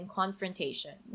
confrontation